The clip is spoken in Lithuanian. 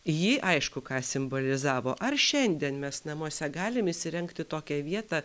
ji aišku ką simbolizavo ar šiandien mes namuose galim įsirengti tokią vietą